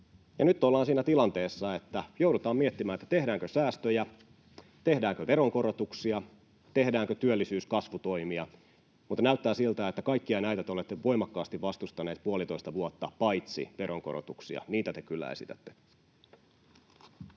Nyt ollaan siinä tilanteessa, että joudutaan miettimään, tehdäänkö säästöjä, tehdäänkö veronkorotuksia, tehdäänkö työllisyys‑ ja kasvutoimia, mutta näyttää siltä, että kaikkia näitä te olette voimakkaasti vastustaneet puolitoista vuotta — paitsi veronkorotuksia, niitä te kyllä esitätte.